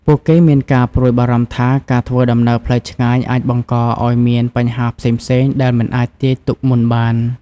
ពួកគេមានការព្រួយបារម្ភថាការធ្វើដំណើរផ្លូវឆ្ងាយអាចបង្កឱ្យមានបញ្ហាផ្សេងៗដែលមិនអាចទាយទុកមុនបាន។